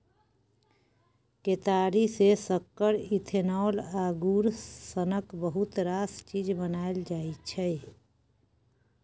केतारी सँ सक्कर, इथेनॉल आ गुड़ सनक बहुत रास चीज बनाएल जाइ छै